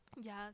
Yes